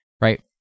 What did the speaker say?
Right